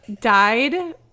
died